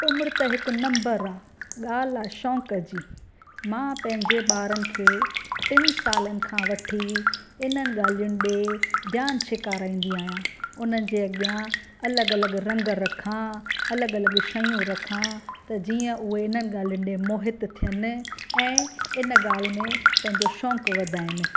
उमिरि त हिकु नंबर आहे ॻाल्हि आहे शौक़ु जी मां पंहिंजे ॿारनि खे टिनि सालनि खां वठी हिननि ॻाल्हियुनि ॾिए ध्यानु सेखारींदी आहियां उन्हनि जे अॻियां अलॻि अलॻि रंग रखां अलॻि अलॻि शयूं रखां त जीअं उहे हिननि ॻाल्हियुनि ते मोहित थियनि ऐं इन ॻाल्हि में पंहिंजो शौक़ु वधाइनि